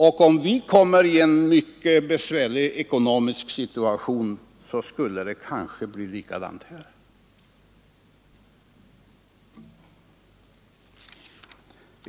Om vi själva kom i en mycket besvärlig ekonomisk situation skulle det kanske bli likadant här.